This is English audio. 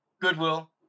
Goodwill